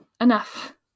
enough